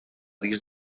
disc